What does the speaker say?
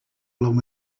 along